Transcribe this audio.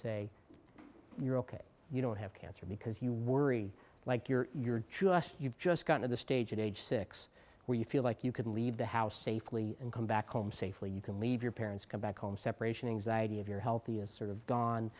say you're ok you don't have cancer because you worry like you're you've just got to the stage at age six where you feel like you could leave the house safely and come back home safely you can leave your parents come back home separation anxiety if you're healthy is sort of gone